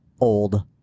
old